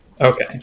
Okay